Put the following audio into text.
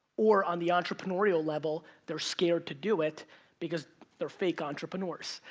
or, on the entrepreneurial level, they're scared to do it because they're fake entrepreneurs.